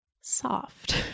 soft